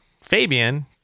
Fabian